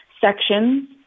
sections